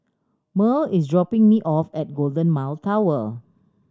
Murl is dropping me off at Golden Mile Tower